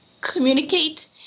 communicate